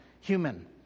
human